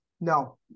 no